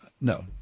No